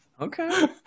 Okay